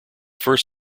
first